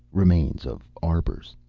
remains of arbors.